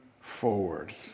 forward